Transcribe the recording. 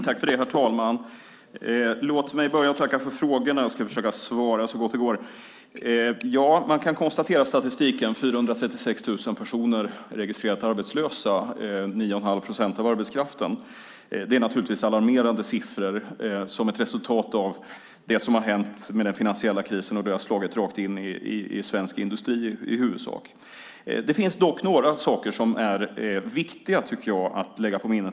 Herr talman! Låt mig börja med att tacka för frågorna. Jag ska försöka svara så gott det går. Man kan konstatera statistiken: 436 000 personer är registrerat arbetslösa. Det är 9 1⁄2 procent av arbetskraften. Det är naturligtvis alarmerande siffror och ett resultat av det som har hänt med den finansiella krisen och hur den har slagit rakt in i svensk industri i huvudsak. Det finns dock några saker som jag tycker är viktiga att lägga på minnet.